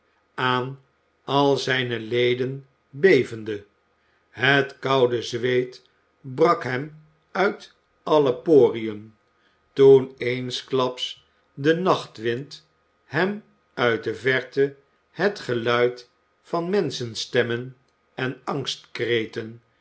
aan al zijne leden bevende het koude zweet brak hem uit alle poriën toen eensklaps de nachtwind hem uit de verte het geluid van menschenstemmen en